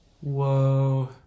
Whoa